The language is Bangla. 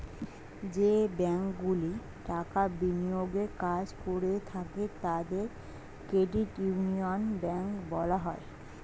যে ব্যাঙ্কগুলি টাকা বিনিয়োগের কাজ করে থাকে তাদের ক্রেডিট ইউনিয়ন ব্যাঙ্ক বলা হয়